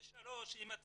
ושלוש, אם אתה